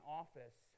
office